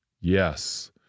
Yes